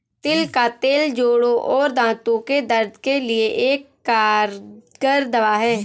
तिल का तेल जोड़ों और दांतो के दर्द के लिए एक कारगर दवा है